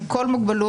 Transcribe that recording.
עם כל מוגבלות,